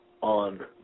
on